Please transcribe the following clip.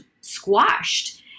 squashed